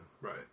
right